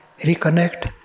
reconnect